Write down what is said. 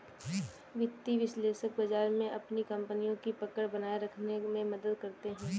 वित्तीय विश्लेषक बाजार में अपनी कपनियों की पकड़ बनाये रखने में मदद करते हैं